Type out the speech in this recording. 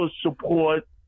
support